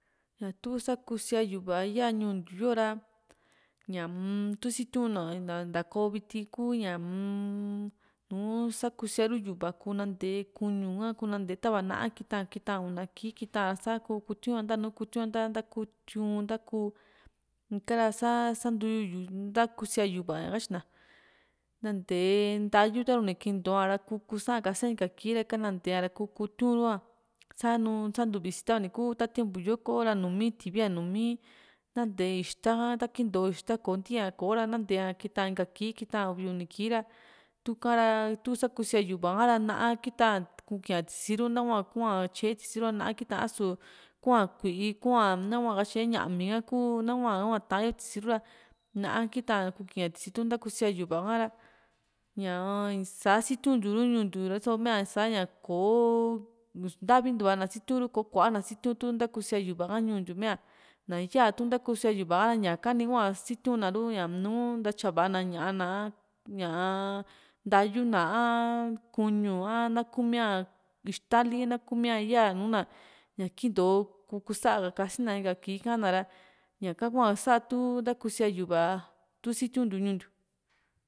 ña tu sakusia yu´va ya ñuu ntiu yoo ra ñaa-m tu sitiuna ntaa´ko viti kuu ñaa-m nu sakusía ru yu´va kuu nantee kuñu ka kuu nante ta´va náa kita una kii kita ra sa kuu kutiun yo ntanu kutiun yo ntaa nta´kuu tiu´n nta´kuu ikara sa santuyu ika ra ntakusia yu´va ña katyi na nante natayu taru ni klinto´a ra kuu sa´a kase inka kii ra ika nantea´ra kuu kutiun ´rua sanu santu visi tava ni ku ta tiempo yoko ra nùmi ti´via numi ntatee ixta ka ta kinto ixta ko ntiiña ko´ra natee a kita inka kii kita uvi uni ra tu´ka ra tu sakusia yu´va ra náa kitaa kukui´n a tisi ru nahua kua tyae tisi ru ra náa a´su kua kui´i kua nahua katye ñámi kuu na´hua taá n e tisi ru ra ná kita kukui´a tisi tu sa kusía yu´va ka´ra ñaa sa sitiuntiu ru ñuu ntiu riso mia sa ña kò´o nta´vintua na sitiuru ko kua´na sitiuru tu´tu ntakusía yu´va ha ñuu ntiu mia n´a yatu sakusía yu´va ñaka ni hua situna ru nùù ntatya va´a na ña´a na a ñaa ntayuna a kuñu a nakumíaa ixtali nakumia yaa nùù na ña kinto kò´o kusa ka kasina unka kii ka´na ra ñaka hua saa tu sakusía yu´va tu sitiuntiu ñuu ntiu